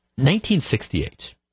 1968